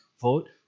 vote